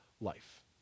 life